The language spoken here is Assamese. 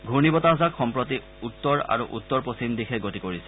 ঘূৰ্ণি বতাহজাক সম্প্ৰতি উত্তৰ আৰু উত্তৰ পশ্চিম দিশে গতি কৰিছে